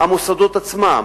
המוסדות עצמם,